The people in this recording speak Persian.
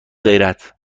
غیرت